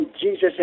Jesus